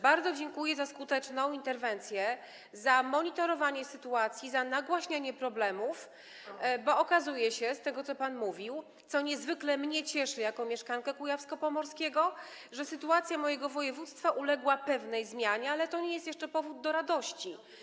Bardzo dziękuję za skuteczną interwencję, za monitorowanie sytuacji, za nagłaśnianie problemów, bo okazuje się, z tego, co pan mówił, co niezwykle mnie cieszy jako mieszkankę województwa kujawsko-pomorskiego, że sytuacja mojego województwa uległa pewnej zmianie, ale to nie jest jeszcze powód do radości.